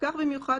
כך במיוחד,